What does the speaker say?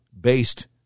based